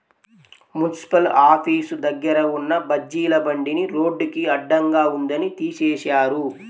municipal office దగ్గర ఉన్న బజ్జీల బండిని రోడ్డుకి అడ్డంగా ఉందని తీసేశారు